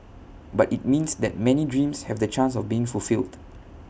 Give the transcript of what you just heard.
but IT means that many dreams have the chance of being fulfilled